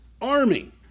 army